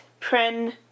Pren